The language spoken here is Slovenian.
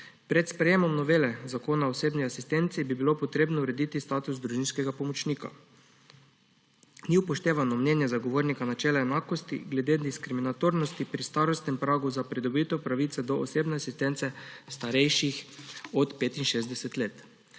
Pred sprejemom novele Zakona o osebni asistenci bi bilo treba urediti status družinskega pomočnika. Ni upoštevano mnenje Zagovornika načela enakosti glede diskriminatornosti pri starostnem pragu za pridobitev pravice do osebne asistence starejših od 65 let.